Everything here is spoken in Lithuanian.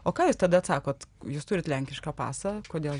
o ką jūs tada atsakot jūs turit lenkišką pasą kodėl